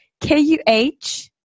K-U-H